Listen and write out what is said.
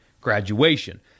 graduation